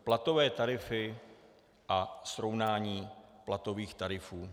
Platové tarify a srovnání platových tarifů.